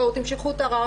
בואו תמשכו את הערר,